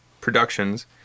productions